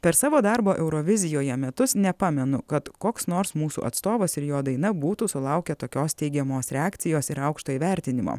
per savo darbo eurovizijoje metus nepamenu kad koks nors mūsų atstovas ir jo daina būtų sulaukę tokios teigiamos reakcijos ir aukšto įvertinimo